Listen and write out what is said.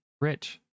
Rich